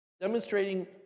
demonstrating